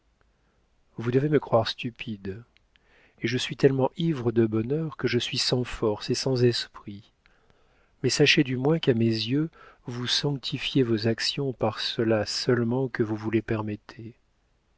vous devez me croire stupide et je suis tellement ivre de bonheur que je suis sans force et sans esprit mais sachez du moins qu'à mes yeux vous sanctifiez vos actions par cela seulement que vous vous les permettez